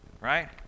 Right